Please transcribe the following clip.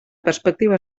perspektiba